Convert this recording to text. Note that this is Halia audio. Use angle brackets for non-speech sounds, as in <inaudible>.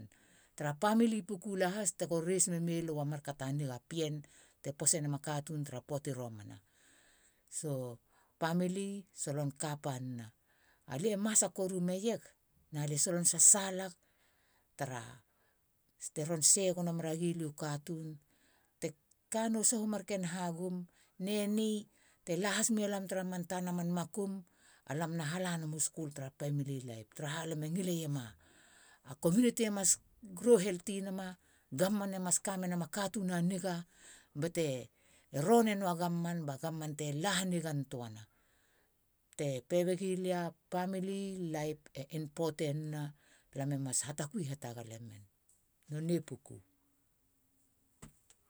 Tara pamili puku lahas tego reis menilu a markato niga. pien te posenema katun tara poati romana. <hesitation> pamili solon kapan na alia masa koru meieg na lia solon sasalak tara. teron share gono menagi lia a katun. te kanu suhu mar hagum neni te las nua la tara man tana man makum alam na halanemu skul tra pamili laip tara ha lame ngileiema community e mas grow healthy nama. gavman e mas kamena katun a niga bete ron e noua gavman ba gavman te la hanigantoana te pebegilia pamili laip e impotenina. lame mas hatakui hatagalemen. nonei puku.